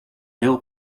veel